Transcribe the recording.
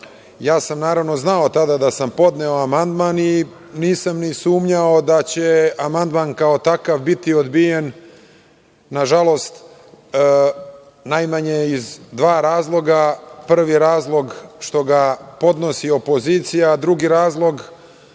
ja sam, naravno, znao tada da sam podneo amandman i nisam ni sumnjao da će amandman kao takav biti odbijen, nažalost, najmanje iz dva razloga. Prvi razlog je što ga podnosi opozicija, a drugi razlog